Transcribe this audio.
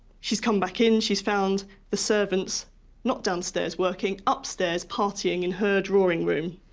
she's come back in, she's found the servants not downstairs working, upstairs partying in her drawing room.